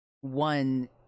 One